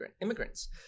immigrants